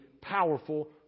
powerful